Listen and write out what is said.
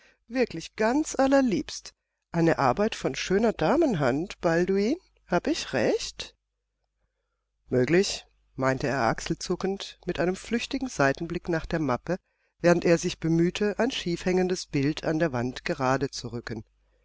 wirklich ganz allerliebst eine arbeit von schöner damenhand balduin hab ich recht möglich meinte er achselzuckend mit einem flüchtigen seitenblick nach der mappe während er sich bemühte ein schiefhängendes bild an der wand gerade zu rücken